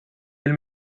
علم